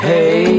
Hey